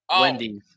Wendy's